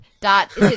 dot